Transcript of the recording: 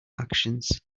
actions